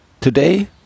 Today